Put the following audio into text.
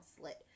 slit